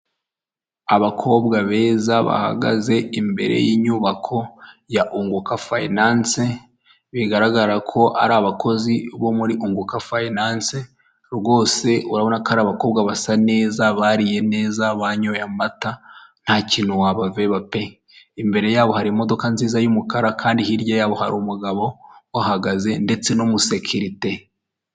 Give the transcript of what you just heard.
Utubati twiza dushyashya bari gusiga amarangi ukaba wadukoresha ubikamo ibintu yaba imyenda, ndetse n'imitako.